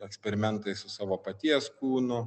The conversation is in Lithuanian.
eksperimentai su savo paties kūnu